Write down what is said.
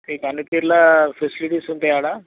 మీకు అన్నీ తీరులో ఫెసిలిటీస్ ఉంటాయి ఆడ